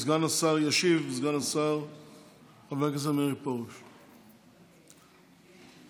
אני קוראת למינהל האזרחי לפעול ביד קשה נגד